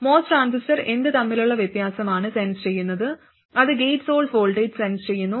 MOS transistor എന്ത് തമ്മിലുള്ള വ്യത്യാസമാണ് സെൻസ് ചെയ്യുന്നത് അത് ഗേറ്റ് സോഴ്സ് വോൾട്ടേജ് സെൻസ് ചെയ്യുന്നു